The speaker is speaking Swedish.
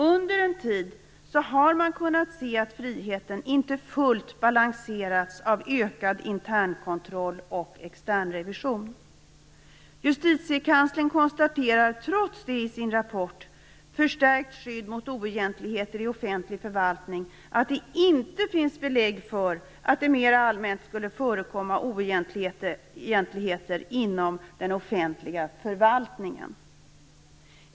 Under en tid har man kunnat se att friheten inte fullt balanserats av ökad internkontroll och externrevision. Justitiekanslern konstaterar trots det i sin rapport Förstärkt skydd mot oegentligheter i offentlig förvaltning att det inte finns belägg för att det mer allmänt skulle förekomma oegentligheter inom den offentliga förvaltningen.